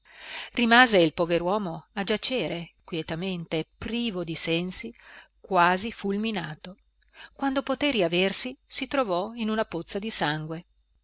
rimase il pover uomo a giacere quietamente privo di sensi quasi fulminato quando poté riaversi si trovò in una pozza di sangue